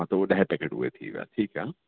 हा त उहो ॾह पैकेट उहे थी विया ठीकु आहे